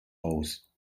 aus